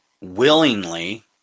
willingly